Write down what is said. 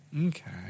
Okay